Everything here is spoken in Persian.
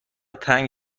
تنگ